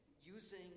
using